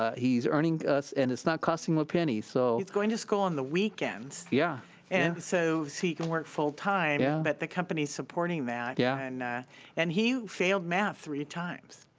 he's earning us, and it's not costing him a penny. so he's going to school on the weekends yeah and so he can work full-time, but the company's supporting that yeah and yeah and he failed math three times.